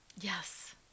Yes